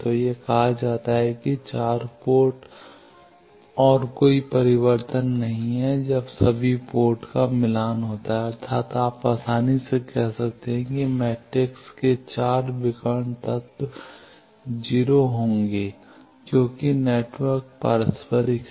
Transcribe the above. तो यह कहा जाता है कि 4 पोर्ट और कोई परावर्तन नहीं है जब सभी पोर्ट का मिलान होता है अर्थात आप आसानी से कह सकते हैं कि मैट्रिक्स के 4 विकर्ण तत्व 0 होंगे क्योंकि नेटवर्क पारस्परिक है